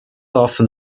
often